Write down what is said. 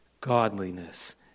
godliness